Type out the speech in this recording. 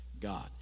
God